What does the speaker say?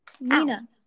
Nina